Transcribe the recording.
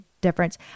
difference